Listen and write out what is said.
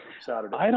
Saturday